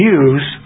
use